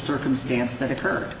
circumstance that occurred